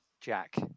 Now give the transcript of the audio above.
Jack